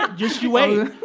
ah just you wait.